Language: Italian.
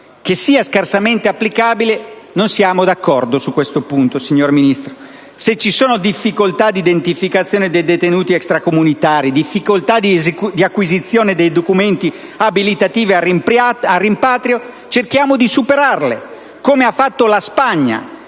che sia scarsamente applicabile non siamo d'accordo, signor Ministro. Se ci sono difficoltà di identificazione dei detenuti extracomunitari, difficoltà di acquisizione dei documenti abilitativi al rimpatrio cerchiamo di superarle, come ha fatto la Spagna